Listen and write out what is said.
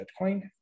Bitcoin